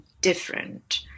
different